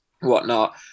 whatnot